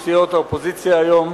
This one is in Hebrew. האופוזיציה היום.